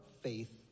faith